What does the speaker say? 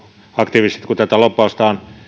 aktiivisesti tätä lobbausta on